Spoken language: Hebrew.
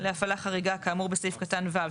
להפעלה חריגה כאמור בסעיף קטן (ו),